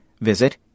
visit